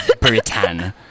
Britain